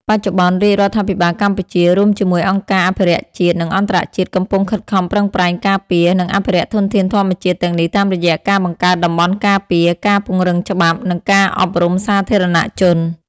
បច្ចុប្បន្ន រាជរដ្ឋាភិបាលកម្ពុជា រួមជាមួយអង្គការអភិរក្សជាតិ និងអន្តរជាតិ កំពុងខិតខំប្រឹងប្រែងការពារ និងអភិរក្សធនធានធម្មជាតិទាំងនេះតាមរយៈការបង្កើតតំបន់ការពារ ការពង្រឹងច្បាប់ និងការអប់រំសាធារណជន។